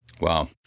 Wow